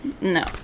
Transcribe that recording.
No